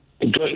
Good